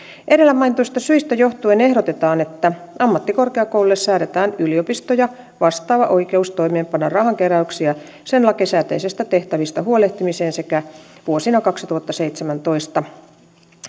edellä mainituista syistä johtuen ehdotetaan että ammattikorkeakouluille säädetään yliopistoja vastaava oikeus toimeenpanna rahankeräyksiä niiden lakisääteisistä tehtävistä huolehtimiseen sekä vuosina kaksituhattaseitsemäntoista